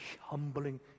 humbling